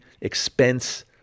expense